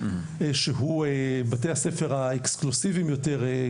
שהם בתי ספר אקסקלוסיביים יותר,